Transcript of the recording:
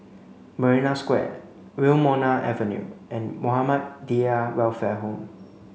marina Square Wilmonar Avenue and Muhammadiyah Welfare Home